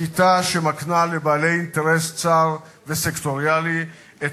שיטה שמקנה לבעלי אינטרס צר וסקטוריאלי את